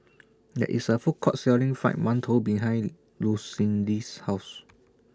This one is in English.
There IS A Food Court Selling Fried mantou behind Lucindy's House